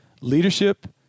leadership